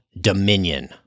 Dominion